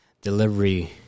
delivery